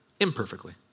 imperfectly